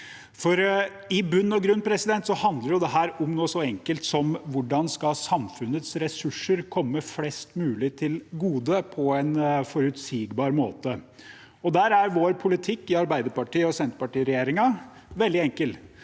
I bunn og grunn handler dette om noe så enkelt som hvordan samfunnets ressurser skal komme flest mulig til gode på en forutsigbar måte. Der er Arbeiderparti– Senterparti-regjeringens politikk veldig enkel.